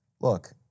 Look